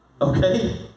Okay